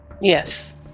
Yes